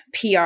PR